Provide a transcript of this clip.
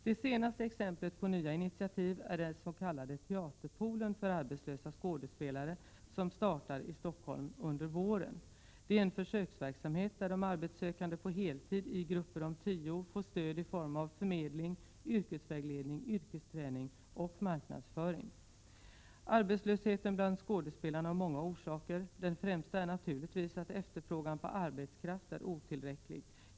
Det senaste exemplet på nya initiativ är den s.k. Teaterpoolen för arbetslösa skådespelare som startar i Stockholm under våren. Det är en försöksverksamhet där de arbetssökande på heltid i grupper om tio får stöd i form av förmedling, yrkesvägledning, yrkesträning och marknadsföring. Arbetslösheten bland skådespelare har många orsaker. Den främsta är naturligtvis att efterfrågan på arbetskraft är otillräcklig.